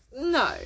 No